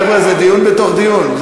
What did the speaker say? חבר'ה, זה דיון בתוך דיון.